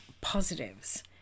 positives